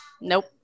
Nope